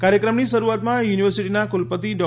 કાર્યક્રમની શરૂઆતમાં યુનિવર્સિટીના કુલપતિ ડો